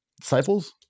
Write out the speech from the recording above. Disciples